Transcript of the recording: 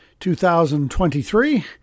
2023